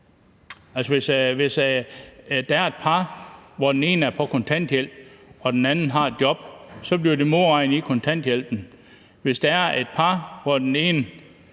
hvis der er et par, hvor den ene er på kontanthjælp og den anden har et job, så bliver der modregnet i kontanthjælpen. Og hvis der er et par, hvor den ene